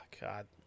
God